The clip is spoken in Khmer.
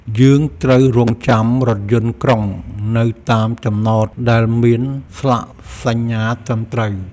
យើងត្រូវរង់ចាំរថយន្តក្រុងនៅតាមចំណតដែលមានស្លាកសញ្ញាត្រឹមត្រូវ។